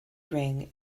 ring